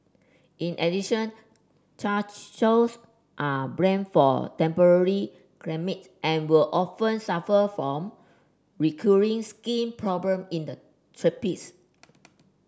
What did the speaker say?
in addition Chow Chows are bred for temperate climates and would often suffer from recurring skin problem in the tropics